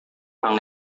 orang